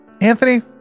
Anthony